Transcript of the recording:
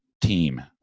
team